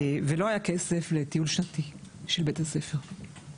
ולא היה כסף לטיול שנתי של בית הספר,